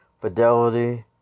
Fidelity